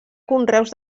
conreus